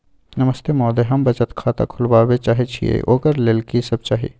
नमस्ते महोदय, हम बचत खाता खोलवाबै चाहे छिये, ओकर लेल की सब चाही?